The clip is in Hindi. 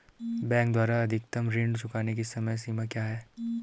बैंक द्वारा अधिकतम ऋण चुकाने की समय सीमा क्या है?